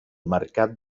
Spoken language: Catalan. mercat